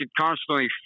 constantly